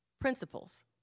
principles